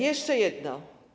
Jeszcze jedno.